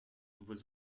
was